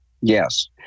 Yes